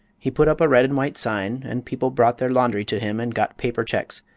he put up a red and white sign and people brought their laundry to him and got paper checks,